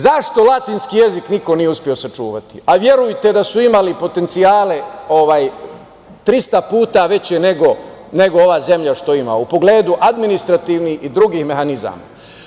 Zašto latinski jezik niko nije uspeo sačuvati, a verujte da su imali potencijale 300 puta veće nego ova zemlja što ima, u pogledu administrativnih i drugih mehanizama?